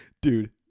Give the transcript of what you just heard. dude